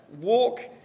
walk